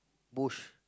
bush